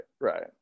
right